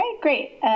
great